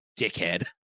Dickhead